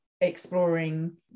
exploring